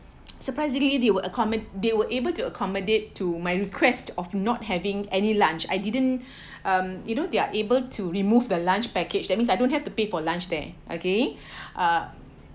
surprisingly they were accommo~ they were able to accommodate to my request of not having any lunch I didn't um you know they're able to remove the lunch package that means I don't have to pay for lunch there okay uh